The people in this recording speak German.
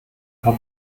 paar